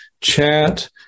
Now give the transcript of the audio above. chat